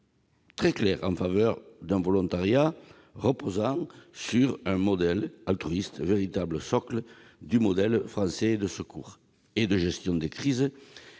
très clair en faveur d'un volontariat reposant sur un modèle altruiste, véritable socle du modèle français de secours et de gestion des crises,